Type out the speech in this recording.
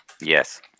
Yes